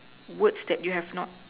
words that you have not